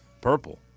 purple